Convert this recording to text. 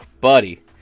buddy